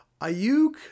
Ayuk